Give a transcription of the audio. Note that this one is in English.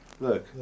Look